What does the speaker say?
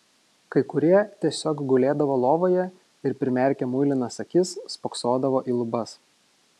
kai kurie tiesiog gulėdavo lovoje ir primerkę muilinas akis spoksodavo į lubas